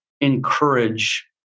encourage